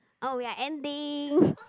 oh we are ending